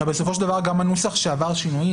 בסופו של דבר גם הנוסח שעבר שינויים